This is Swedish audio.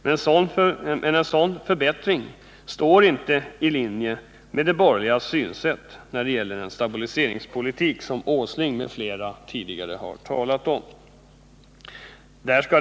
Men en sådan förbättring ligger inte i linje med de borgerligas synsätt när det gäller den stabiliseringspolitik som Nils Åsling m.fl. tidigare har talat om.